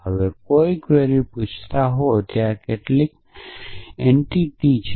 તમે કોઈ ક્વેરી પૂછતા હો કે ત્યાં કેટલીક એન્ટિટી છે